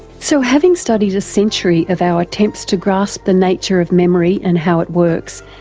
so having studied a century of our attempts to grasp the nature of memory and how it works,